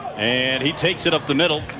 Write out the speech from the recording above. and he takes it up the middle.